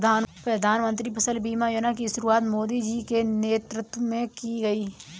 प्रधानमंत्री फसल बीमा योजना की शुरुआत मोदी जी के नेतृत्व में की गई है